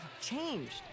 changed